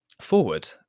forward